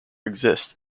exist